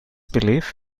belief